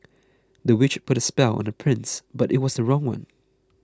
the witch put a spell on the prince but it was the wrong one